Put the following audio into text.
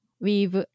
weave